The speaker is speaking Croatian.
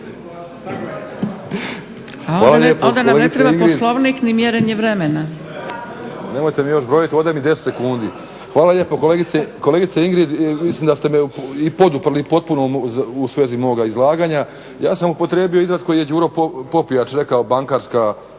Hvala lijepa kolegice.